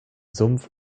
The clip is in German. sumpf